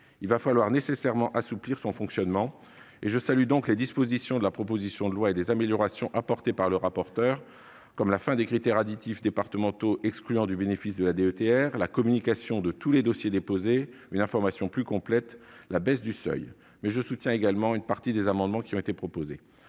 Il va falloir nécessairement assouplir son fonctionnement. Je salue donc les dispositions de la proposition de loi et les améliorations apportées par le rapporteur, comme la fin des critères additifs départementaux excluant du bénéfice de la DETR, la communication de tous les dossiers déposés, une information plus complète et la baisse du seuil. Je soutiens également une partie des amendements qui ont été proposés.